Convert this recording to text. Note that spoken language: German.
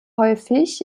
häufig